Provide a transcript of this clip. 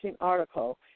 article